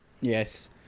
Yes